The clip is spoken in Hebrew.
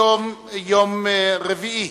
היום יום רביעי,